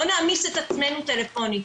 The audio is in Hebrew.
לא נעמיס את עצמנו טלפונית.